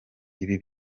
ibi